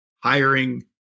hiring